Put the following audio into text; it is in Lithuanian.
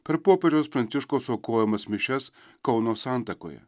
per popiežiaus pranciškaus aukojamas mišias kauno santakoje